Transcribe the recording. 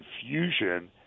confusion